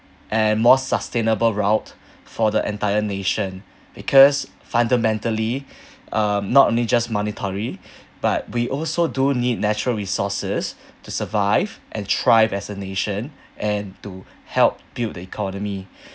and more sustainable route for the entire nation because fundamentally uh not only just monetary but we also do need natural resources to survive and thrive as a nation and to help build the economy